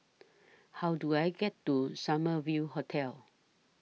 How Do I get to Summer View Hotel